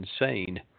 insane